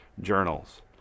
journals